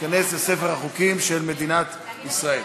ותיכנס לספר החוקים של מדינת ישראל.